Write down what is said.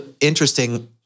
interesting